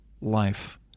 life